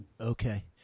Okay